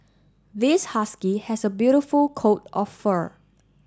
this husky has a beautiful coat of fur